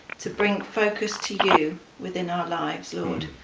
to bring focus to you within our lives, lord.